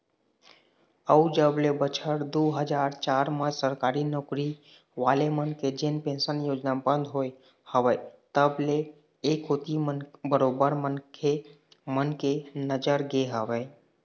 अउ जब ले बछर दू हजार चार म सरकारी नौकरी वाले मन के जेन पेंशन योजना बंद होय हवय तब ले ऐ कोती बरोबर मनखे मन के नजर गे हवय